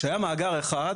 כשהיה מאגר אחד,